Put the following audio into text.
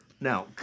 now